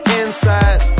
inside